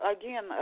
Again